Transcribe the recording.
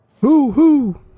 Hoo-hoo